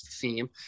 theme